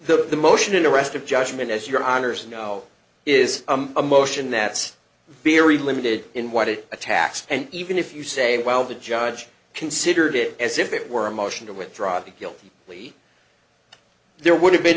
the motion and the rest of judgement as your honour's you know is a motion that's very limited in what it attacks and even if you say well the judge considered it as if it were a motion to withdraw the guilty plea there would have been